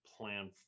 plan